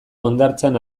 hondartzan